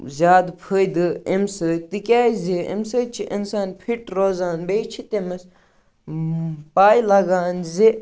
زیادٕ فٲیدٕ اَمہِ سۭتۍ تِکیٛازِ اَمہِ سۭتۍ چھِ اِنسان فِٹ روزان بیٚیہِ چھِ تٔمِس پَے لَگان زِ